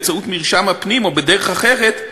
באמצעות מרשם הפנים או בדרך אחרת,